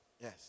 Yes